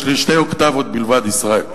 יש לי שתי אוקטבות בלבד, ישראל.